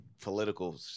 political